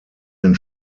den